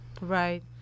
Right